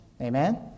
Amen